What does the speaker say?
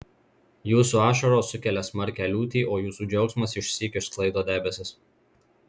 jūsų ašaros sukelia smarkią liūtį o jūsų džiaugsmas išsyk išsklaido debesis